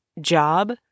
job